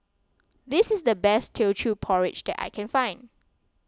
this is the best Teochew Porridge that I can find